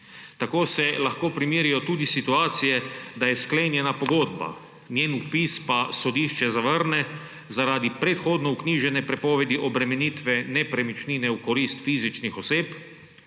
Tako da se lahko primerijo tudi situacije, da je sklenjena pogodba, njen vpis pa sodišče zavrne zaradi predhodno vknjižene prepovedi obremenitve nepremičnine v korist fizičnih oseb